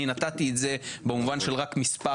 אני נתתי את זה במובן של רק מספר